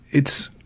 it's,